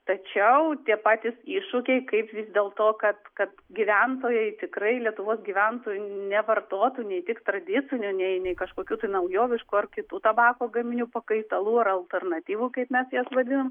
tačiau tie patys iššūkiai kaip vis dėl to kad kad gyventojai tikrai lietuvos gyventojų nevartotų nei tik tradicinio nei nei kažkokių tai naujoviško ar kitų tabako gaminių pakaitalų ar alternatyvų kaip mes jas vadinam